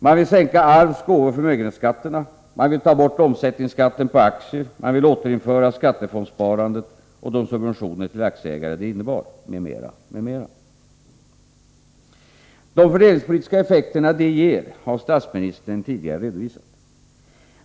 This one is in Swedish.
Man vill sänka arvs-, gåvooch förmögenhetsskatterna, man vill ta bort omsättningsskatten på aktier, man vill återinföra skattefondssparandet och de subventioner till aktieägare det innebar, m.m. Vilka fördelningspolitiska effekter detta ger har statsministern tidigare redovisat.